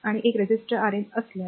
आणि एक resistor Rn असल्यास